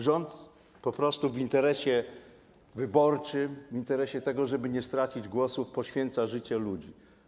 Rząd po prostu w interesie wyborczym, w interesie tego, żeby nie stracić głosów, poświęca życie ludzi.